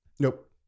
Nope